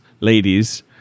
ladies